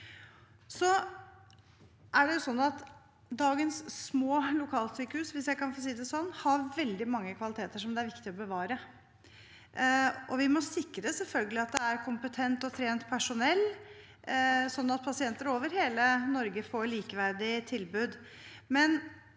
kan få si det slik – har veldig mange kvaliteter som det er viktig å bevare. Vi må selvfølgelig sikre at det er kompetent og trent personell, slik at pasienter over hele Norge får et likeverdig tilbud.